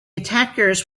attackers